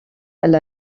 elle